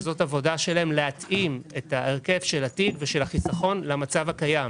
שהעבודה שלהם היא להתאים את ההרכב של התיק ושל החיסכון למצב הקיים.